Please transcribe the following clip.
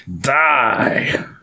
Die